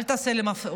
אל תעשה לי,